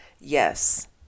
yes